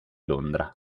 londra